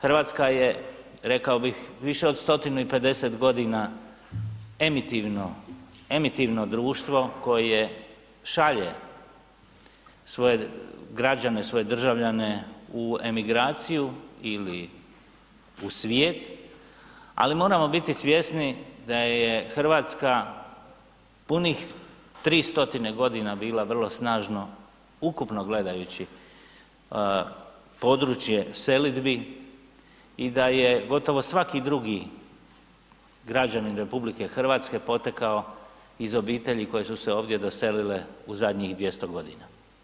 Hrvatska je, rekao bih, više od 150 godina emitivno, emitivno društvo koje šalje svoje građane, svoje državljane u emigraciju ili u svijet, ali moramo biti svjesni da je Hrvatska punih 300 godina bila vrlo snažno, ukupno gledajući, područje selidbi i da je gotovo svaki drugi građanin RH potekao iz obitelji koje su se ovdje doselile u zadnjih 200 godina.